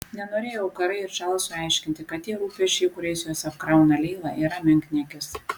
nenorėjau karai ir čarlzui aiškinti kad tie rūpesčiai kuriais juos apkrauna leila yra menkniekis